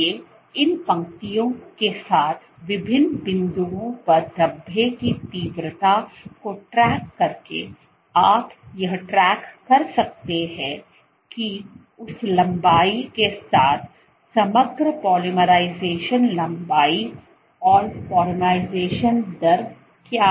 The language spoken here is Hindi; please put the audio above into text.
इसलिए इन पंक्तियों के साथ विभिन्न बिंदुओं पर धब्बे की तीव्रता को ट्रैक करके आप यह ट्रैक कर सकते हैं कि उस लंबाई के साथ समग्र पॉलीमराइजेशन लंबाई और पॉलीमराइजेशन दर क्या है